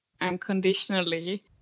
unconditionally